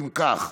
אם כך,